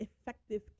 effective